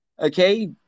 Okay